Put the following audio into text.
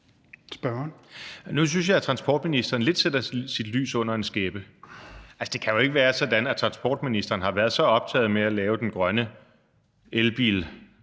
Nu synes jeg, at transportministeren lidt sætter sit lys under en skæppe. Det kan jo ikke være sådan, at transportministeren har været så optaget af at lave den grønne